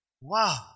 wow